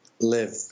live